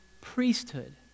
priesthood